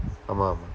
ஆமாம்:aamaam